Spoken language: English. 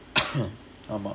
ஆமா:aamaa